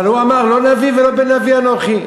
אבל הוא אמר: לא נביא ולא בן נביא אנוכי.